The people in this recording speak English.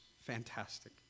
fantastic